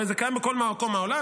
הרי זה קיים בכל מקום בעולם,